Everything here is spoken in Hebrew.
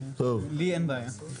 לי אין בעיה.